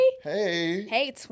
Hey